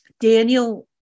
Daniel